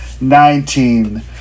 nineteen